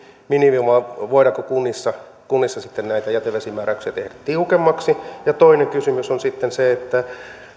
minimi vai voidaanko kunnissa kunnissa sitten näitä jätevesimääräyksiä tehdä tiukemmiksi toinen kysymys on sitten se että